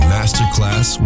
Masterclass